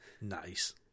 Nice